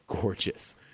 gorgeous